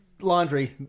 laundry